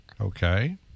Okay